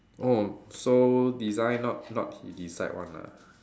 oh so design not not he decide one ah